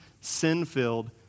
sin-filled